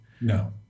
No